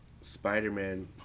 Spider-Man